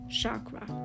chakra